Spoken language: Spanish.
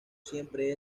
siempre